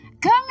come